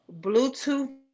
Bluetooth